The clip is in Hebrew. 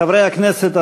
חברי הכנסת,